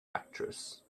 actress